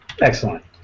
Excellent